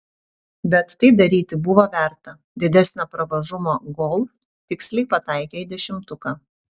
bet tai daryti buvo verta didesnio pravažumo golf tiksliai pataikė į dešimtuką